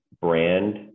brand